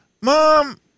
Mom